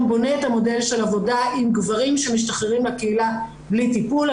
בונה את המודל של עבודה עם גברים שמשתחררים לקהילה בלי טיפול.